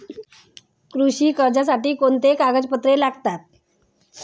कृषी कर्जासाठी कोणती कागदपत्रे लागतात?